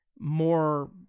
More